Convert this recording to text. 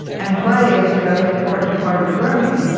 and play is a very important part of learning